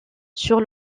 sur